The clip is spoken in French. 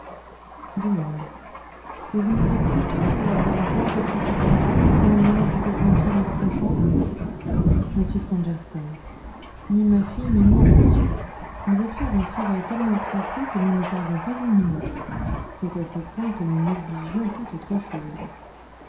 et vous n'avez plus quitté le laboratoire depuis cette heure-là jusqu'au moment où vous êtes entrée dans votre chambre m stangerson ni ma fille ni moi monsieur nous avions un travail tellement pressé que nous ne perdions pas une minute c'est à ce point que nous négligions toute autre chose